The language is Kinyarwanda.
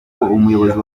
umuyobozi